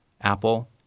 Apple